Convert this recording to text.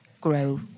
grow